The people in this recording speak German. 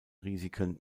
risiken